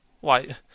Why